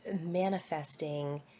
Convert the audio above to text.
manifesting